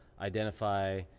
identify